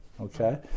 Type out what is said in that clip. Okay